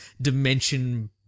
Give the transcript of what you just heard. dimension